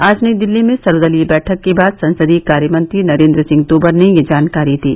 आज नई दिल्ली में सर्वदलीय बैठक के बाद संसदीय कार्य मंत्री नरेन्द्र सिंह तोमर ने यह जानकारी दी